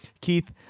Keith